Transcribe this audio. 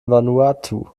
vanuatu